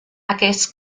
aquests